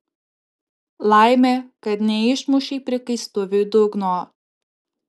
laimė kad neišmušei prikaistuviui dugno